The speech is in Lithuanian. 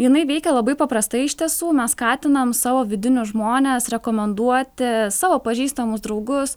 jinai veikia labai paprastai iš tiesų mes skatinam savo vidinius žmones rekomenduoti savo pažįstamus draugus